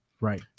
Right